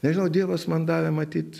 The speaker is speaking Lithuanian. nežinau dievas man davė matyt